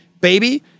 baby